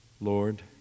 Lord